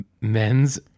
men's